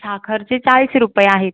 साखरेचे चारशे रुपये आहेत